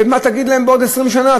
ומה תגיד להם בעוד 20 שנה?